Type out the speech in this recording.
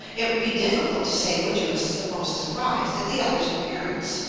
it would be difficult to say which of us is the most surprised at the other's appearance.